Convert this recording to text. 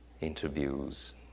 interviews